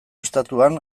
estatuan